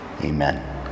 Amen